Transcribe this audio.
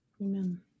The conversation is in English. Amen